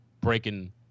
breaking